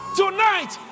tonight